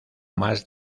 más